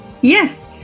Yes